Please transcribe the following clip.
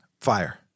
Fire